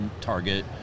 target